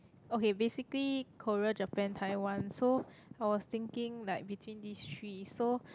okay basically Korea Japan Taiwan so I was thinking like between these three so